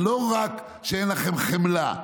זה לא רק שאין לכם חמלה.